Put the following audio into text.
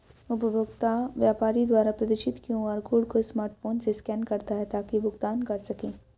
उपभोक्ता व्यापारी द्वारा प्रदर्शित क्यू.आर कोड को स्मार्टफोन से स्कैन करता है ताकि भुगतान कर सकें